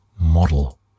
model